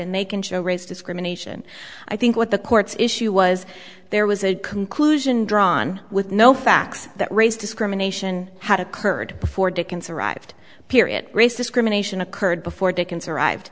and they can show race discrimination i think what the court's issue was there was a conclusion drawn with no facts that race discrimination had occurred before dickens arrived here at race discrimination occurred before dickens arrived